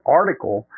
article